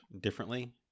differently